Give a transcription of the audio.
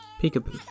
peek-a-boo